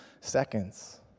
seconds